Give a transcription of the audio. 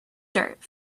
dirt